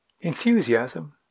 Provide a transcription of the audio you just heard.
Enthusiasm